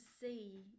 see